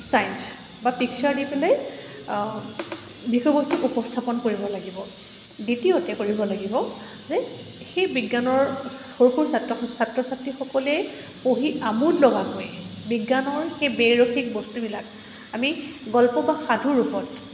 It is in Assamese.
চাইন্স বা পিক্সাৰ দি পেলাই বিষয়বস্তুক উপস্থাপন কৰিব লাগিব দ্বিতীয়তে কৰিব লাগিব যে সেই বিজ্ঞানৰ সৰু সৰু ছাত্ৰ ছাত্ৰ ছাত্ৰীসকলে পঢ়ি আমোদ লগাকৈ বিজ্ঞানৰ সেই বে ৰসিক বস্তুবিলাক আমি গল্প বা সাধুৰ ৰূপত